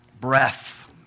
breath